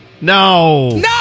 No